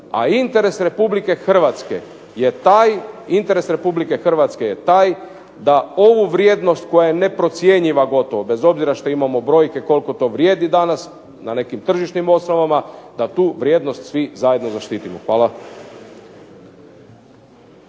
interes Republike Hrvatske je taj da ovu vrijednost koja je neprocjenjiva gotovo bez obzira što imamo brojke koliko to vrijedi danas na nekim tržišnim osnovama da tu vrijednost svi zajedno zaštitimo. Hvala.